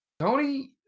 Tony